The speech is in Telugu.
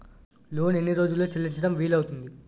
లోన్ ఎన్ని రోజుల్లో చెల్లించడం వీలు అవుతుంది?